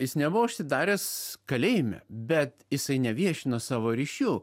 jis nebuvo užsidaręs kalėjime bet jisai neviešino savo ryšių